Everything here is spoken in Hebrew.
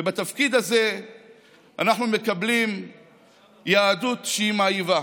ובתפקיד הזה אנחנו מקבלים יהדות שהיא מאהיבה.